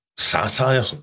Satire